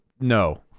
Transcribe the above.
No